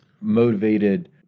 motivated